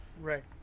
Right